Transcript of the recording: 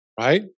Right